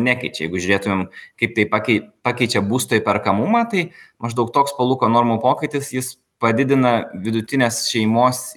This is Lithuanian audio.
nekeičia jeigu žiūrėtumėm kaip tai pakei pakeičia būsto įperkamumą tai maždaug toks palūkanų normų pokytis jis padidina vidutinės šeimos